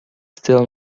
still